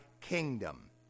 kingdom